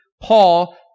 Paul